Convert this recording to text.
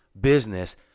business